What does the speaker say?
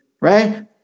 right